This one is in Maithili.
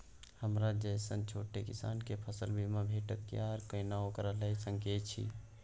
हमरा जैसन छोट किसान के फसल बीमा भेटत कि आर केना ओकरा लैय सकैय छि?